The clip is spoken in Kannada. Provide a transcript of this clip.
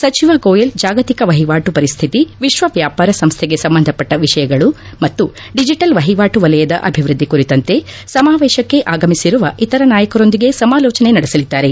ಸಚಿವ ಗೋಯಲ್ ಜಾಗತಿಕ ವಹಿವಾಟು ಪರಿಸ್ಥಿತಿ ವಿಶ್ವ ವ್ಯಾಪಾರ ಸಂಸ್ಥೆಗೆ ಸಂಬಂಧಪಟ್ಟ ವಿಷಯಗಳು ಮತ್ತು ಡಿಜಿಟಲ್ ವಹಿವಾಟು ವಲಯದ ಅಭಿವೃದ್ದಿ ಕುರಿತಂತೆ ಸಮಾವೇಶಕ್ಕೆ ಆಗಮಿಸಿರುವ ಇತರ ನಾಯಕರೊಂದಿಗೆ ಸಮಾಲೋಚನೆ ನಡೆಸಲಿದ್ದಾರೆ